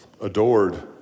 adored